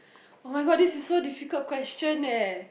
oh-my-God this is so difficult question leh